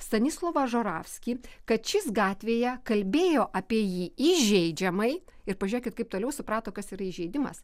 stanislovą žoravskį kad šis gatvėje kalbėjo apie jį įžeidžiamai ir pažiūrėkit kaip toliau suprato kas yra įžeidimas